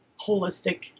holistic